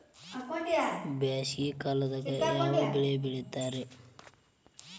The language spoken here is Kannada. ಬ್ಯಾಸಗಿ ಕಾಲದಾಗ ಯಾವ ಬೆಳಿ ಬೆಳಿತಾರ?